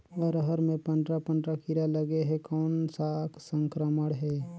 अरहर मे पंडरा पंडरा कीरा लगे हे कौन सा संक्रमण हे?